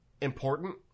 important